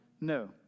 No